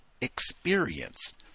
experienced